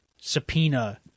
subpoena